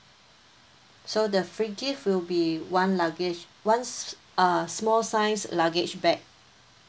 so the free gift will be one luggage one uh small size luggage bag